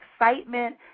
excitement